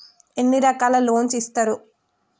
ఎన్ని రకాల లోన్స్ ఇస్తరు?